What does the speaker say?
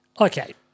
Okay